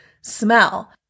Smell